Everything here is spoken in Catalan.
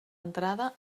entrada